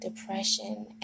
depression